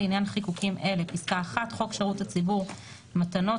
לעניין חיקוקים אלה: (1)חוק שירות הציבור (מתנות),